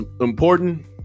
important